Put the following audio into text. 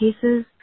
cases